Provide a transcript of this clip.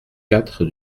quatre